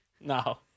No